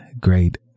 great